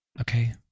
Okay